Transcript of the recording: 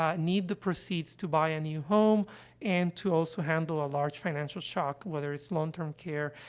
ah need the proceeds to buy a new home and to also handle a large financial shock, whether it's long-term care,